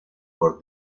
por